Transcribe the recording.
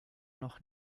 noch